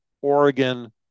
Oregon